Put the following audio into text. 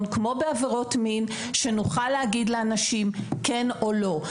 כמו בעבירות מין שנוכל להגיד לאנשים כן או לא,